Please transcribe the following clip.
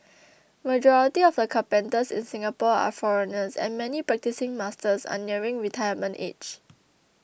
majority of the carpenters in Singapore are foreigners and many practising masters are nearing retirement age